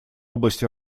области